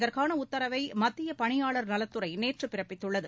இதற்கான உத்தரவை மத்திய பணியாளர் நலத்துறை நேற்று பிறப்பித்துள்ளது